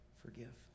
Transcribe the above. forgive